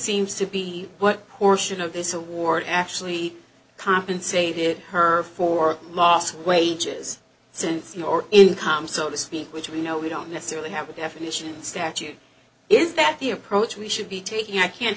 seems to be what portion of this award actually compensated her for loss of wages since your income so to speak which we know we don't necessarily have a definition statute is that the approach we should be taking i can't